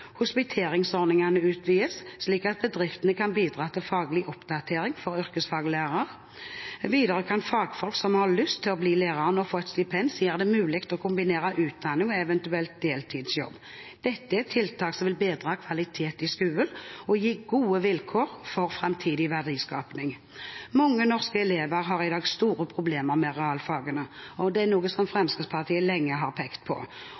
Hospiteringsordningene utvides slik at bedriftene kan bidra til faglig oppdatering for yrkesfaglærere. Videre kan fagfolk som har lyst til å bli lærere nå få et stipend som gjør det mulig å kombinere utdanning og eventuelt deltidsjobb. Dette er tiltak som vil bedre kvalitet i skolen og gi gode vilkår for framtidig verdiskaping. Mange norske elever har i dag store problemer med realfagene. Det er noe Fremskrittspartiet lenge har pekt på,